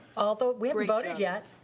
although, we haven't voted yet.